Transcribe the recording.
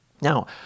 Now